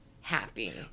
happy